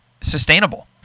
sustainable